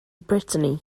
britney